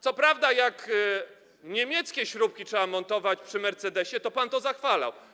Co prawda jak niemieckie śrubki trzeba było montować przy Mercedesie, to pan to zachwalał.